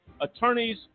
attorneys